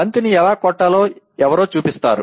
బంతిని ఎలా కొట్టాలో ఎవరో చూపిస్తారు